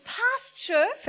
pasture